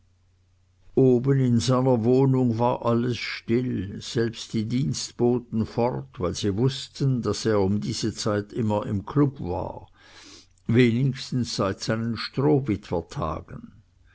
oben in seiner wohnung war alles still selbst die dienstboten fort weil sie wußten daß er um diese zeit immer im club war wenigstens seit seinen